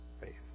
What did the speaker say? Faith